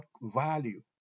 value